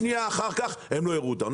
שנייה - הם לא יראו אותנו.